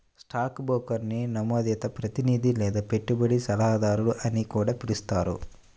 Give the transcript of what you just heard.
stock బ్రోకర్ని నమోదిత ప్రతినిధి లేదా పెట్టుబడి సలహాదారు అని కూడా పిలుస్తారు